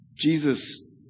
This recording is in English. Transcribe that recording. Jesus